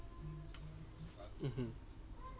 mmhmm